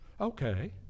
Okay